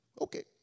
Okay